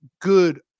good